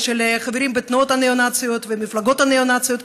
של חברים בתנועות הניאו-נאציות והמפלגות הניאו-נאציות,